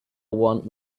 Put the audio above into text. want